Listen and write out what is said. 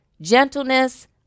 gentleness